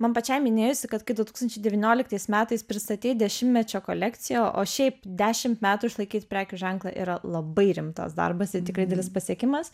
man pačiai minėjusi kad kai du tūkstančiai devynioliktais metais pristatei dešimtmečio kolekciją o šiaip dešimt metų išlaikyt prekių ženklą yra labai rimtas darbas ir tikrai didelis pasiekimas